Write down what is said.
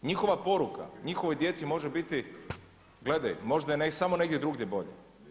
Njihova poruka njihovoj djeci može biti gledaj možda je samo negdje drugdje bolje.